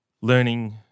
Learning